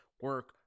Work